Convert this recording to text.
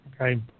Okay